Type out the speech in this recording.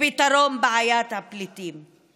ופתרון בעיית הפליטים.